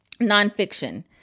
nonfiction